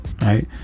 right